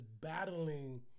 battling